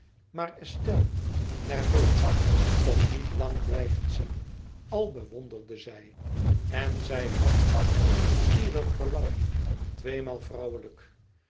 maar estelle nerveus kon niet lang blijven zien al bewonderde zij en zij had een nieuwsgierig verlangen tweemaal vrouwelijk